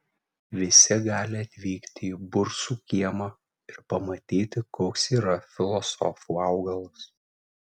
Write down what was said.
visi gali atvykti į bursų kiemą ir pamatyti koks yra filosofų augalas